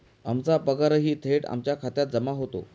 आमचा पगारही थेट आमच्या खात्यात जमा होतो